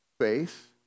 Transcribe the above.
faith